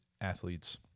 athletes